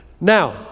Now